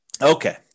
Okay